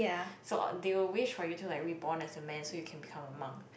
so uh they will wish for you to like reborn as a man so you can become a monk